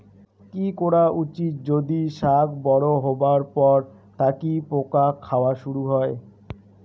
কি করা উচিৎ যদি শাক বড়ো হবার পর থাকি পোকা খাওয়া শুরু হয়?